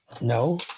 No